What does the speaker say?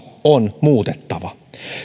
on muutettava